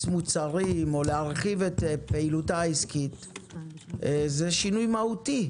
מוצרים או להרחיב את פעילותה העסקית זה שינוי מהותי.